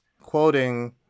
quoting